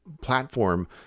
platform